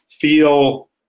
feel